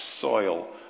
soil